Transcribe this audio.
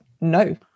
No